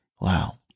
Wow